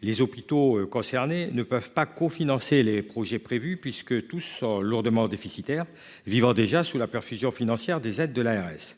Les hôpitaux concernés ne peuvent pas co-, financer les projets prévus puisque tous lourdement déficitaire vivant déjà sous la perfusion financière des aides de l'ARS.